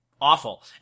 Awful